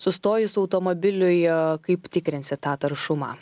sustojus automobiliui kaip tikrinsit tą taršumą